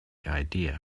idea